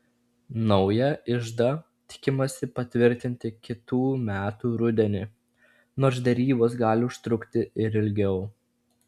naują iždą tikimasi patvirtinti kitų metų rudenį nors derybos gali užtrukti ir ilgiau